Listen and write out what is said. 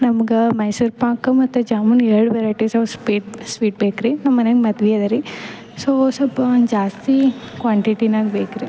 ನಮ್ಗೆ ಮೈಸೂರ್ಪಾಕ್ ಮತ್ತು ಜಾಮೂನ್ ಎರಡು ವೆರೈಟೀಸ್ವ ಸ್ಪೆಟ್ ಸ್ವೀಟ್ ಬೇಕು ರೀ ನಮ್ಮನ್ಯಾಗ ಮದುವೆ ಅದರಿ ಸೊ ಸ್ವಲ್ಪ ಒಂದು ಜಾಸ್ತಿ ಕ್ವಾಂಟಿಟಿನಾಗ ಬೇಕು ರೀ